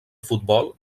futbol